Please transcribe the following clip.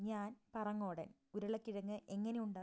ഞാൻ പറങ്ങോടൻ ഉരുളക്കിഴങ്ങ് എങ്ങനെ ഉണ്ടാക്കും